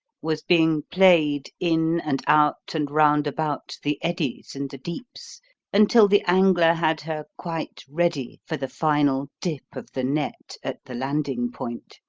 was being played in and out and round about the eddies and the deeps until the angler had her quite ready for the final dip of the net at the landing point.